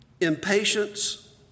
impatience